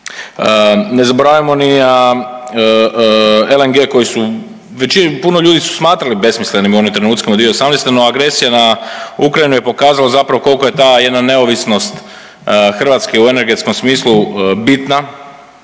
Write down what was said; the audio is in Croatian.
Ne zaboravimo ni a LNG koji su većini, puno ljudi su smatrali besmislenim u onim trenucima 2018., no agresija na Ukrajinu je pokazala zapravo koliko je ta jedna neovisnost Hrvatske u energetskom smislu bitna,